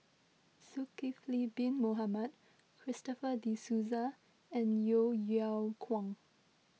Zulkifli Bin Mohamed Christopher De Souza and Yeo Yeow Kwang